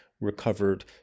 recovered